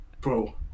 bro